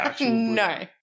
no